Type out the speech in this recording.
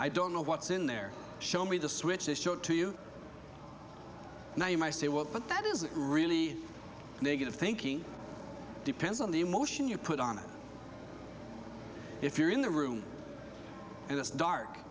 i don't know what's in there show me the switches show to you now you might say what but that isn't really a negative thinking depends on the emotion you put on it if you're in the room and it's dark